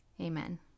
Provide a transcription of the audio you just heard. Amen